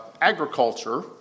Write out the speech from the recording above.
agriculture